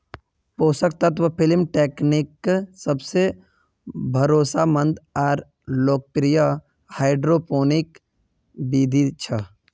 पोषक तत्व film technique सबसे भरोसामंद आर लोकप्रिय हाइड्रोपोनिक बिधि छ